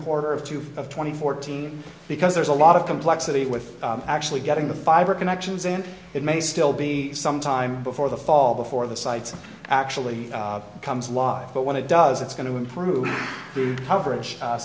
quarter of two of twenty fourteen because there's a lot of complexity with actually getting the fiber connections and it may still be some time before the fall before the sites actually becomes law but when it does it's going to improve the coverage